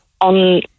on